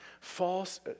False